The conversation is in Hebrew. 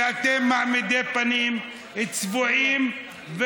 כי אתם מעמידי פנים, צבועים.